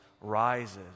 rises